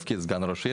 בתפקיד סגן ראש עיר,